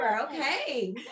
okay